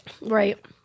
Right